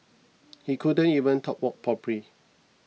he couldn't even talk walk properly